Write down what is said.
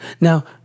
Now